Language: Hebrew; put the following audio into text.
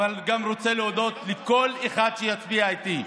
אבל אני גם רוצה להודות לכל אחד שיצביע איתי,